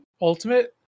ultimate